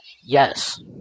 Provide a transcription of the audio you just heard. Yes